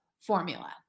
formula